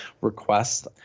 request